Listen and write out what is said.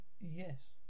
yes